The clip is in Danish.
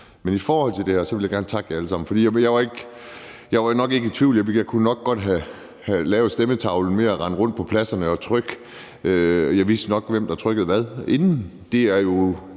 Men i forhold til det her vil jeg gerne takke jer alle sammen, for jeg var ikke i tvivl. Ja, jeg kunne nok godt have lavet stemmetavlen ved at rende rundt på pladserne og trykke, og jeg vidste nok, hvem der trykkede hvad inden.